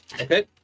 Okay